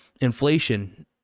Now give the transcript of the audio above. inflation